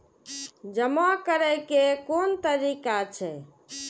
जमा करै के कोन तरीका छै?